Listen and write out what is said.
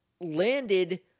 landed